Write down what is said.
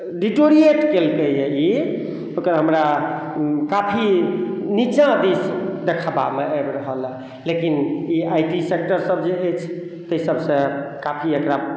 deteriorate कयलकैया ई ओकर हमरा काफी नीचाँ दिस देखबामे आबि रहल हँ लेकिन ई आइ टी सेक्टर सब जे अछि ताहि सबसे काफी एकरा